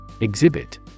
EXHIBIT